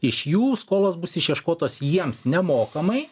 iš jų skolos bus išieškotos jiems nemokamai